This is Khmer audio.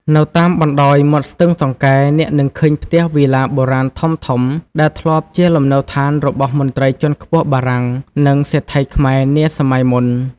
នៅតាមបណ្តោយមាត់ស្ទឹងសង្កែ អ្នកនឹងឃើញផ្ទះវីឡាបុរាណធំៗ ដែលធ្លាប់ជាលំនៅដ្ឋានរបស់មន្ត្រីជាន់ខ្ពស់បារាំង និងសេដ្ឋីខ្មែរនាសម័យមុន។